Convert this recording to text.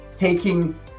taking